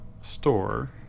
store